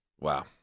Wow